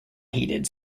heated